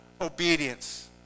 Obedience